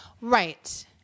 Right